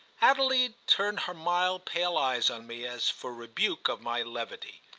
adelaide turned her mild pale eyes on me as for rebuke of my levity.